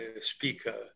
Speaker